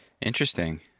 Interesting